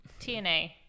TNA